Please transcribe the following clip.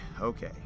okay